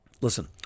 Listen